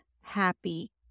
happy